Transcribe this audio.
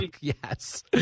Yes